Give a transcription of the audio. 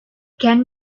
can